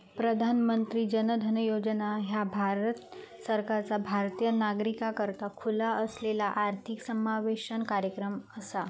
प्रधानमंत्री जन धन योजना ह्या भारत सरकारचा भारतीय नागरिकाकरता खुला असलेला आर्थिक समावेशन कार्यक्रम असा